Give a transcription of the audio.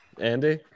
Andy